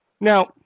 Now